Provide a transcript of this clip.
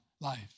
life